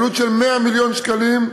עלות של 100 מיליון שקלים,